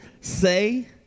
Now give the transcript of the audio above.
say